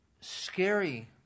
scary